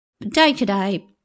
Day-to-day